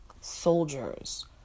soldiers